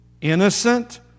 innocent